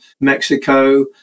mexico